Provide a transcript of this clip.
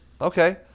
Okay